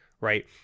right